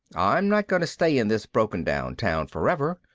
i'm not going to stay in this broken-down town forever.